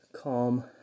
calm